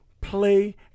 play